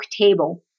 table